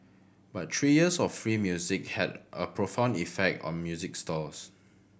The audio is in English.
but three years of free music had a profound effect on music stores